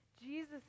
Jesus